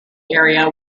area